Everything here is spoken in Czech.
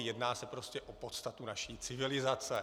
Jedná se prostě o podstatu naší civilizace.